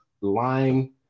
lying